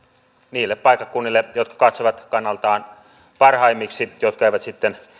niille paikkakunnille jotka he katsovat kannaltaan parhaimmiksi ja he eivät sitten